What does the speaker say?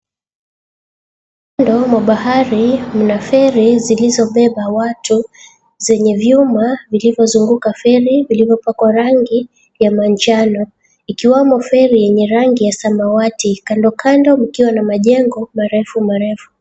Ufuoni mwa bahari mna ferry zilizobeba watu zenye vyuma vilivyozunguka feri vilivyopakwa rangi ya manjano ikiwemo feri yenye rangi ya samawati kandokando kukiwa na majengo marefu marefu.